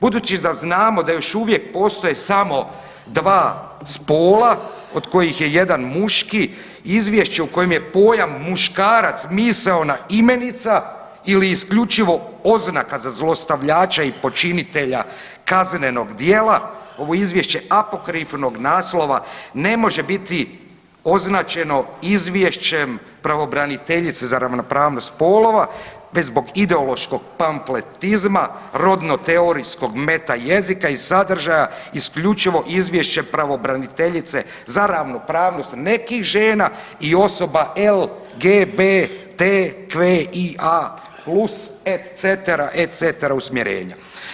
Budući da znamo da još uvijek postoje samo dva spola od kojih je jedan muški izvješće u kojem je pojam muškarac misaona imenica ili isključivo oznaka za zlostavljača i počinitelja kaznenog djela ovo izvješće apokrifnog naslova ne može biti označeno izvješćem pravobraniteljice za ravnopravnost spolova te zbog ideološkog pamfletizma, rodno teorijskog meta jezika i sadržaja isključivo izvješće pravobraniteljice za ravnopravnost nekih žena i osoba LGBTQIA plus et cetera, et cetera usmjerenja.